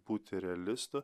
būti realistu